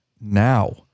now